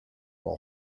will